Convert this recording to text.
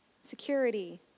security